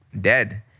dead